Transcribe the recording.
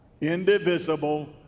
indivisible